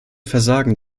versagen